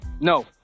No